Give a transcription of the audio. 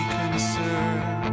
concern